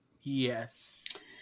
Yes